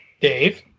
dave